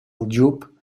aljub